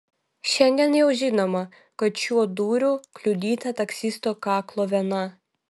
šiandien jau žinoma kad šiuo dūriu kliudyta taksisto kaklo vena